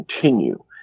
continue